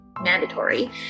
mandatory